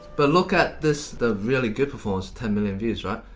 but look at this the really good performance, ten million views, right?